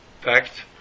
fact